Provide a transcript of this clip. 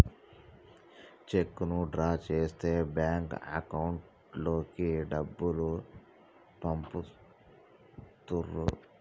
చెక్కును డ్రా చేస్తే bank account లోకి డబ్బులు పంపుతుర్రు